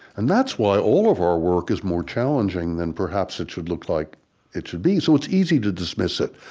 and that's why all of our work is more challenging than perhaps it should look like it should be. so it's easy to dismiss it,